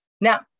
Now